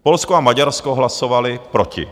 Polsko a Maďarsko hlasovaly proti.